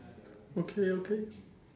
okay okay